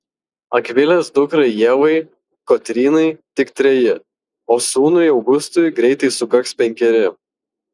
akvilės dukrai ievai kotrynai tik treji o sūnui augustui greitai sukaks penkeri